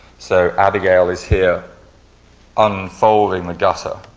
so, abigail is here unfolding the gutter.